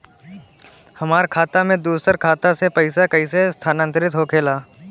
हमार खाता में दूसर खाता से पइसा कइसे स्थानांतरित होखे ला?